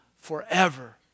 forever